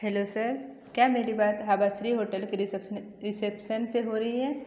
hello sir क्या मेरी बात आभा श्री होटल के रिसेप्शनि रिसेप्शन से हो रही है